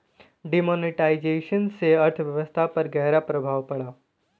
demonetisation से अर्थव्यवस्था पर ग़हरा प्रभाव पड़ा